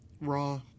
Raw